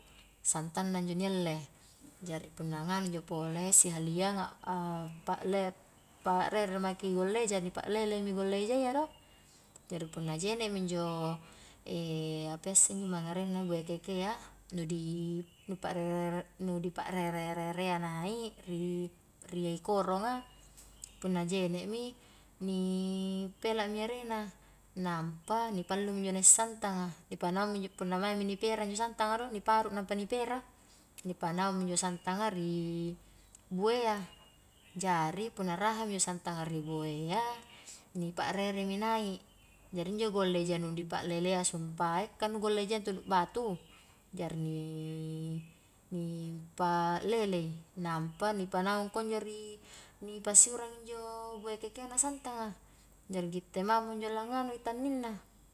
Santanna injo ni alle, jari punna nganu injo pole, sihaliang a pa'le-pa'rere maki golla eja, ni pa'lele mi golla ejayya do, jari punna jene'mi injo apa iya isse injo mange arengna, bue kekea, nu di nu pa'rerere, nu dipa'rere-rerea naik, ri koronga punna jene'mi ni pelami erena, nampa ni pallumi injo naik santanga, ni panaungmi injo punna maing mi ni pera injo santanga do, ni paruk nampa ni pera, ni panaung mi injo santanga ri bue a, jari punna raha mi injo santanga ri bue a, ni pa'rere mi naik, jari injo golla eja nu ni pa'lelea sumpae ka nu golla ejayya intu nu' batu, jari ni-ni pa'lelei, nampa ni panaung kunjo ri, ni pasiurang injo bue kekea na santanga, jari gitte mamo injo langanu i tanningna.